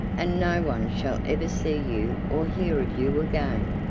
and no one shall ever see you or hear of you again.